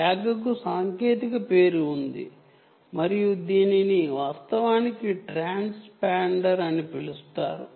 ట్యాగ్కు సాంకేతిక పేరు ఉంది మరియు దీనిని వాస్తవానికి ట్రాన్స్పాండర్ అని పిలుస్తారు